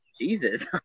Jesus